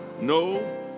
No